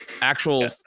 actual